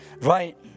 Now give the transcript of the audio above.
Right